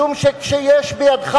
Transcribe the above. משום שכשיש בידך,